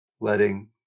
letting